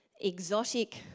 exotic